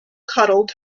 cuddled